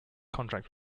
contract